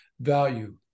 value